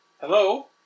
Hello